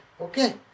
Okay